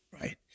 Right